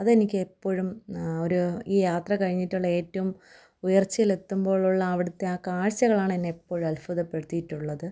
അതെനിക്ക് എപ്പോഴും ഒരു ഈ യാത്ര കഴിഞ്ഞിട്ടുള്ള ഏറ്റവും ഉയർച്ചയിൽ എത്തുമ്പോഴുള്ള അവിടുത്തെ ആ കാഴ്ചകളാണ് എന്നെ എപ്പോഴും അൽഭുതപ്പെടുത്തിയിട്ടുള്ളത്